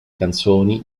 canzoni